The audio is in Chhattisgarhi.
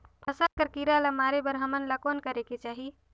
फसल कर कीरा ला मारे बर हमन ला कौन करेके चाही?